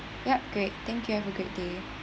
ya great thank you have a great day